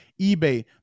eBay